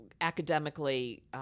academically